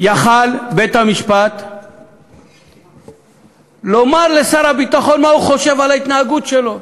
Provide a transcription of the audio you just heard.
יכול היה בית-המשפט לומר לשר הביטחון מה הוא חושב על ההתנהגות שלו,